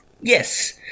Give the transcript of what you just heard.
yes